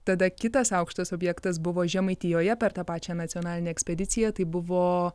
tada kitas aukštas objektas buvo žemaitijoje per tą pačią nacionalinę ekspediciją tai buvo